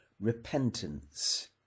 repentance